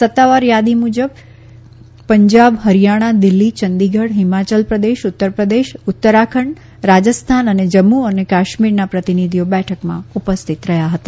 સત્તાવાર યાદી મુજબ પંજાબ હરીયાણા દિલ્હી ચંડીગઢ હિમાચલ પ્રદેશ ઉત્તર પ્રદેશ ઉત્તરાખંડ રાજસ્થાન અને જમ્મુ અને કાશ્મીરના પ્રતિનિધિઓ બેઠકમાં ઉપસ્થિત રહ્યા હતા